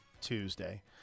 Tuesday